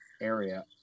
area